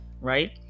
right